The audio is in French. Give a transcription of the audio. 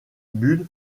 bull